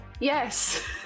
Yes